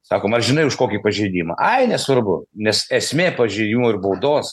sakom ar žinai už kokį pažeidimą ai nesvarbu nes esmė pažeidimų ir baudos